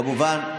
כמובן,